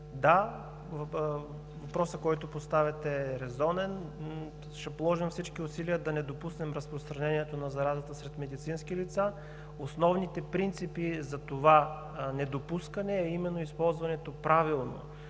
да, въпросът, който поставяте, е резонен. Ще положим всички усилия да не допуснем разпространението на заразата сред медицински лица. Основните принципи за това недопускане са именно правилно